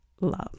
love